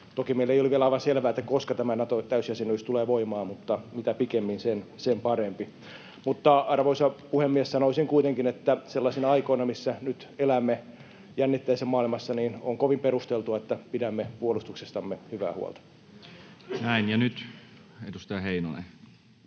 Toki meille ei ole vielä aivan selvää, koska tämä Naton täysjäsenyys tulee voimaan, mutta mitä pikemmin, sen parempi. Mutta, arvoisa puhemies, sanoisin kuitenkin, että sellaisena aikana, missä nyt elämme, jännitteisessä maailmassa, on kovin perusteltua, että pidämme puolustuksestamme hyvää huolta. Näin. — Ja nyt edustaja Heinonen.